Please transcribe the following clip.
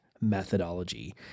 methodology